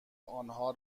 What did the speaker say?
انها